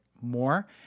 more